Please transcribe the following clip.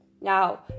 now